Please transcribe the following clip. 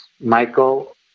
Michael